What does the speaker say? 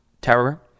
terror